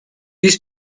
dies